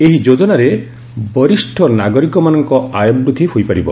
ଏହି ଯୋଜନାରେ ବରିଷ୍ଣ ନାଗରିକମାନଙ୍କ ଆୟ ବୃଦ୍ଧି ହୋଇପାରିବ